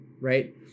right